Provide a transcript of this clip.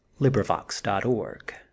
librivox.org